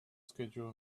schedule